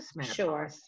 Sure